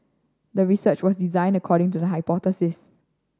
the research was designed according to the hypothesis